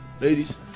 ladies